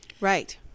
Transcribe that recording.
Right